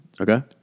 Okay